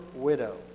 widow